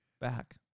back